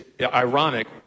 ironic